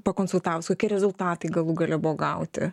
pakonsultavus kokie rezultatai galų gale buvo gauti